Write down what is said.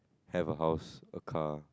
have a house a car